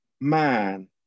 man